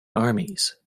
armies